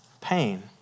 pain